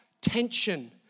tension